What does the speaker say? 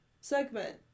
segment